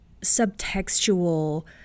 subtextual